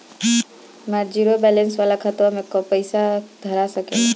हमार zero balance वाला खतवा म केतना पईसा धरा सकेला?